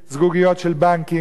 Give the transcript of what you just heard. זגוגיות של בנקים,